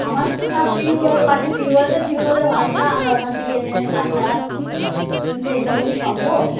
আমারও তো সব টিউবওয়েল পাশে টিউবয়েলটা ছিলো বলে ভরসা আমরা ওখান থেকে এনে এনে কাজ চালাচ্ছি কিন্তু এইভাবে কি সম্ভব